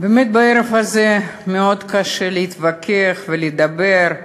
באמת בערב הזה מאוד קשה להתווכח ולדבר,